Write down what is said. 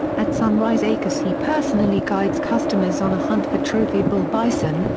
at sunrize acres he personally guides customers on a hunt for trophy bull bison,